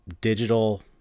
digital